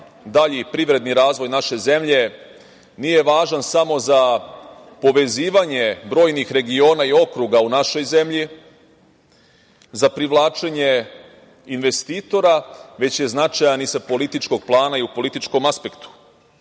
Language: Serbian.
dalji privredni razvoj naše zemlje, nije važan samo za povezivanje brojnih regiona i okruga u našoj zemlji, za privlačenje investitora, već je značajan i sa političkog plana i u političkom aspektu.